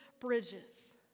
bridges